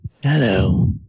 Hello